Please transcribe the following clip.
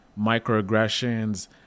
microaggressions